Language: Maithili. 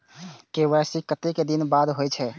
के.वाई.सी कतेक दिन बाद होई छै?